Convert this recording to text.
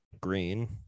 green